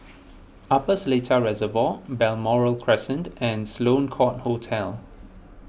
Upper Seletar Reservoir Balmoral Crescent and Sloane Court Hotel